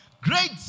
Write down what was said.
Great